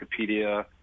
Wikipedia